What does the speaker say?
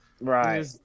right